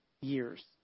years